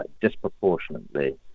disproportionately